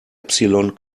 epsilon